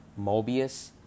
Mobius